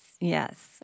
yes